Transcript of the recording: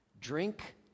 Drink